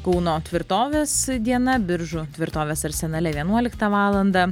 kauno tvirtovės diena biržų tvirtovės arsenale vienuoliktą valandą